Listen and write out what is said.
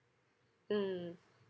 mm